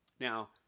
Now